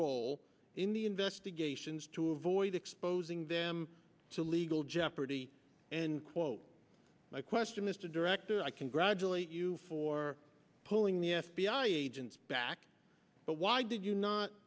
role in the investigations to avoid exposing them to legal jeopardy and quote my question mr director i congratulate you for pulling the f b i agents back but why did you not